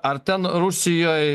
ar ten rusijoj